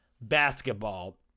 basketball